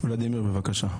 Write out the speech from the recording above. ולדימיר, בבקשה.